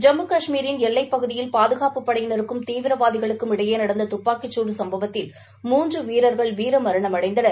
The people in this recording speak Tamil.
ஜம்மு கஷ்மீரின் எல்லைப் பகுதியில் பாதுகாப்புப் படையினருக்கும் தீவிரவாதிகளுக்கும் இடையே நடந்த துப்பாக்கிசூடு சும்பவத்தில் மூன்று வீரர்கள் வீரமரணம் அடைந்தனர்